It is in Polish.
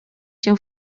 się